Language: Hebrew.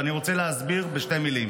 ואני רוצה להסביר בשתי מילים.